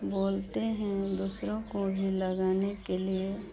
बोलते हैं दूसरों को भी लगाने के लिए